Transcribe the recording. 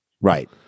Right